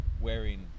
wearing